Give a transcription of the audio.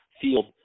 field